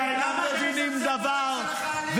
אינם מבינים דבר -- תפסיקו להסית.